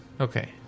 Okay